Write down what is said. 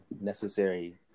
necessary